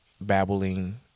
babbling